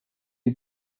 die